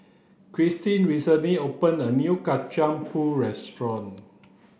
Christen recently opened a new kacang pool restaurant